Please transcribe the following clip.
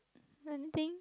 anything